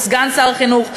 לסגן שר החינוך,